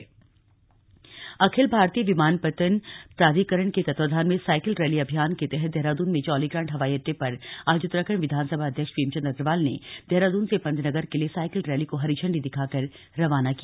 cycle rally अखिल भारतीय विमानपत्तन प्राधिकरण के तत्वाधान में साइकिल रैली अभियान के तहत देहरादून में जौलीग्रांट हवाई अड्डे पर आज उत्तराखण्ड विधानसभा अध्यक्ष प्रेमचंद अग्रवाल ने देहरादून से पंतनगर के लिए साइकिल रैली को हरी इंडी दिखाकर रवाना किया